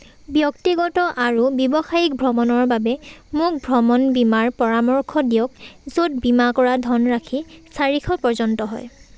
ব্যক্তিগত আৰু ব্যৱসায়িক ভ্ৰমণৰ বাবে মোক ভ্ৰমণ বীমাৰ পৰামৰ্শ দিয়ক য'ত বীমা কৰা ধনৰাশি চাৰিশ পৰ্যন্ত হয়